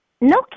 no